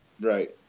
Right